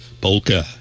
Polka